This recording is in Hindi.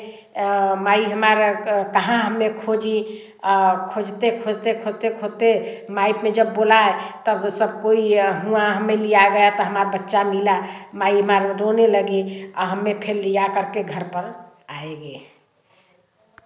माई हमार कहाँ हमने खोजी खोजते खोजते खोजते खोजते माइक में जब बोला है तब सब कोई वहाँ हमें लिया गया त हमार बच्चा मिला वहीं मार रोने लगी आ हमें फिर लिया करके घर पर आएगे